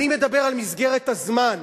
אני מדבר על מסגרת הזמן,